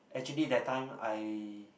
actually that time I